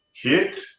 Hit